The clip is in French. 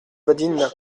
badine